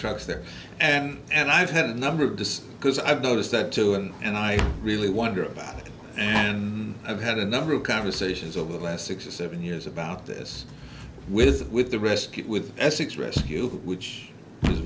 trucks there and and i've had a number of this because i've noticed that too and i really wonder about that and i've had a number of conversations over the last six or seven years about this with the rescue with essex rescue which is